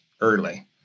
early